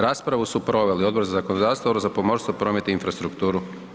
Raspravu su proveli Odbor za zakonodavstvo, Odbor za pomorstvo, promet i infrastrukturu.